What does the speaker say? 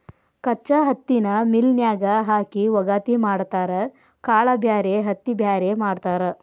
ಕಚ್ಚಾ ಹತ್ತಿನ ಮಿಲ್ ನ್ಯಾಗ ಹಾಕಿ ವಗಾತಿ ಮಾಡತಾರ ಕಾಳ ಬ್ಯಾರೆ ಹತ್ತಿ ಬ್ಯಾರೆ ಮಾಡ್ತಾರ